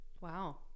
Wow